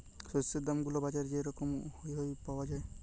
শস্যের দাম গুলা বাজারে যে রকম হ্যয় পাউয়া যায়